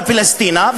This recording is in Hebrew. לפלשתינה,